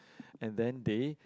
and then they